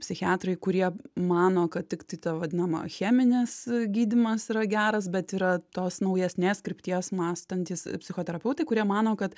psichiatrai kurie mano kad tiktai ta vadinama cheminės gydymas yra geras bet yra tos naujesnės krypties mąstantys psichoterapeutai kurie mano kad